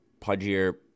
pudgier